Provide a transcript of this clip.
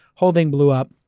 whole thing blew up.